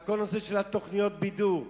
על כל נושא תוכניות הבידור,